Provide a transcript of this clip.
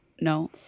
No